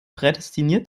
prädestiniert